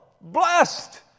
blessed